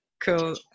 cool